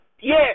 yes